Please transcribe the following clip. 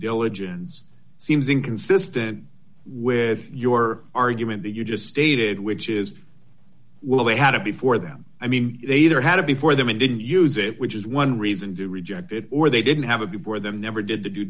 diligence seems inconsistent with your argument that you just stated which is well they had it before them i mean they either had it before them and didn't use it which is one reason to reject it or they didn't have a before them never did the d